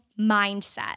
mindset